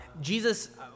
Jesus